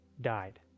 died